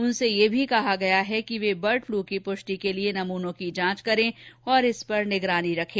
उनसे यह भी कहा गया है कि वे बर्ड फ्लू की पुष्टि के लिए नमूनों की जांच करें और इसपर निगरानी रखें